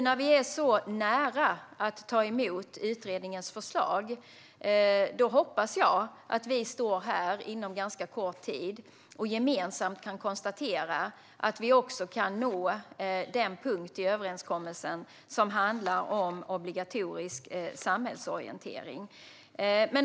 När vi nu är så nära att ta emot utredningens förslag hoppas jag att vi inom ganska kort tid ska kunna stå här och gemensamt konstatera att vi också kan nå den punkt i överenskommelsen som handlar om obligatorisk samhällsorientering.